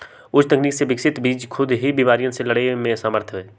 उच्च तकनीक से विकसित बीज खुद ही बिमारियन से लड़े में समर्थ हई